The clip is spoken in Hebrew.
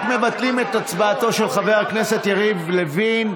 רק מבטלים את הצבעתו של חבר הכנסת יריב לוין,